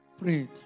prayed